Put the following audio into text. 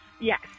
Yes